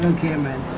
given